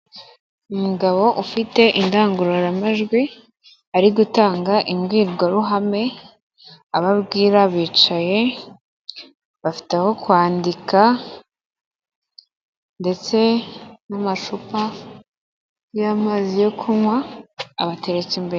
Umugabo ufite indangururamajwi, ari gutanga imbwirwaruhame abo abwira bicaye bafite aho kwandika. Ndetse n'amacupa y'amazi yo kunywa abateretse imbere.